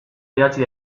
idatzi